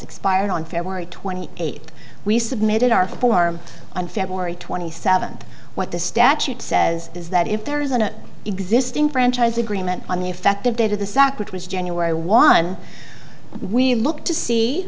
expired on february twenty eighth we submitted our form on february twenty seventh what the statute says is that if there is an existing franchise agreement on the effective date of the stock which was january one we looked to see